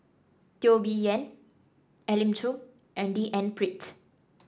Teo Bee Yen Elim Chew and D N Pritt